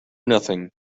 nothing